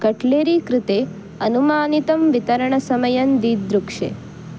cutlery कृते अनुमानितं वितरणसमयं दिदृक्षे